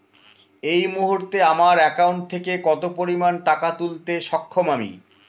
এই মুহূর্তে আমার একাউন্ট থেকে কত পরিমান টাকা তুলতে সক্ষম আমি?